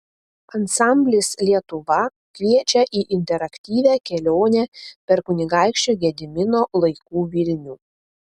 ansamblis lietuva kviečia į interaktyvią kelionę per kunigaikščio gedimino laikų vilnių